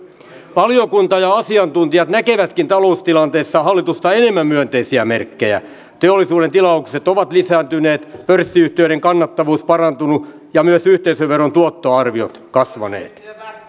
valiokunta ja asiantuntijat näkevätkin taloustilanteessa hallitusta enemmän myönteisiä merkkejä teollisuuden tilaukset ovat lisääntyneet pörssiyhtiöiden kannattavuus parantunut ja myös yhteisöveron tuottoarviot kasvaneet